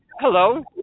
Hello